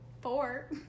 Four